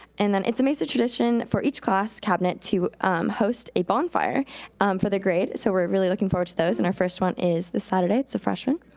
and then it's a mesa tradition for each class cabinet to host a bonfire for the grade, so we're really looking forward to those. and our first one is this saturday. it's the freshmen.